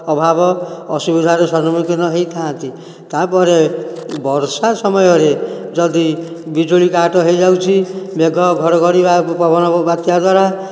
ଅଭାବ ଅସୁବିଧାର ସମ୍ମୁଖୀନ ହୋଇଥାନ୍ତି ତାପରେ ବର୍ଷା ସମୟରେ ଯଦି ବିଜୁଳି କାଟ ହୋଇଯାଉଛି ମେଘ ଘଡ଼ଘଡ଼ି ବା ପବନ ବାତ୍ୟା ଦ୍ୱାରା